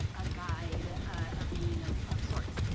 a guide, a being of of sorts,